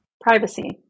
Privacy